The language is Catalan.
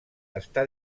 està